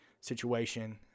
situation